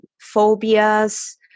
phobias